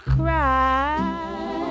cry